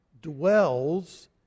dwells